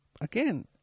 again